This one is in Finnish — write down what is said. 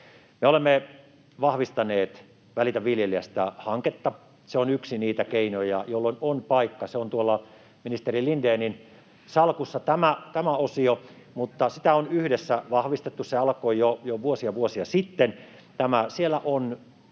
Me olemme vahvistaneet Välitä viljelijästä -hanketta. Se on yksi niitä keinoja, joille on paikka. Tämä osio on tuolla ministeri Lindénin salkussa, mutta sitä on yhdessä vahvistettu. Se alkoi jo vuosia, vuosia sitten. Siellä on